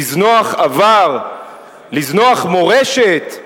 לזנוח עבר, לזנוח מורשת,